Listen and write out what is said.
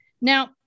Now